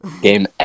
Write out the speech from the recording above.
game